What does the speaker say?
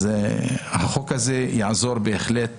החוק הזה יעזור בהחלט,